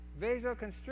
vasoconstriction